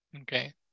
Okay